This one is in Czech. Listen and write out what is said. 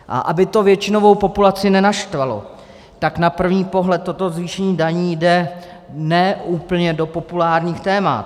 A aby to většinovou populaci nenaštvalo, tak na první pohled toto zvýšení daní jde ne úplně do populárních témat.